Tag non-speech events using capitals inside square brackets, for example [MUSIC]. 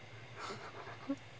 [LAUGHS]